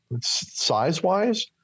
size-wise